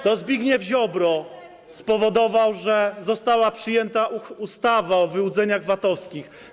To Zbigniew Ziobro spowodował, że została przyjęta ustawa o wyłudzeniach VAT-owskich.